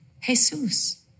Jesus